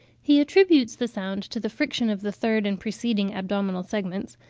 he attributes the sound to the friction of the third and preceding abdominal segments,